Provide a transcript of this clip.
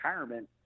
retirement